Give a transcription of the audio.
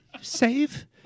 Save